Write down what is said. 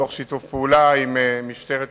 בשיתוף פעולה עם משטרת ישראל,